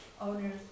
owners